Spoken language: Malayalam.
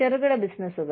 ചെറുകിട ബിസിനസ്സുകൾ